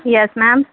yes ma'am